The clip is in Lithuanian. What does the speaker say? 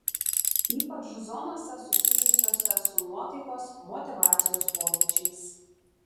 ypač zonose susijusiose su nuotaikos motyvacijos pokyčiais